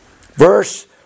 Verse